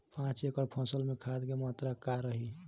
पाँच एकड़ फसल में खाद के मात्रा का रही?